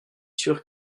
sûr